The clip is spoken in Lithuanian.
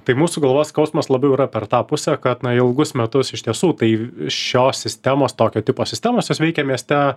tai mūsų galvos skausmas labiau yra per tą pusę kad na ilgus metus iš tiesų tai šios sistemos tokio tipo sistemos jos veikė mieste